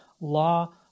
law